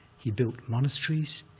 he built monasteries.